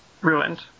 ruined